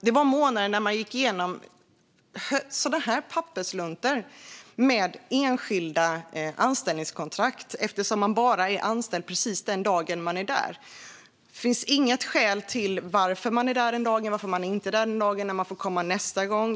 Det var månader då man gick igenom tjocka pappersluntor med enskilda anställningskontrakt eftersom man bara är anställd precis den dag man är där, och man vet inte när man får komma nästa gång.